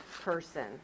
person